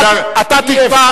אתה תקבע,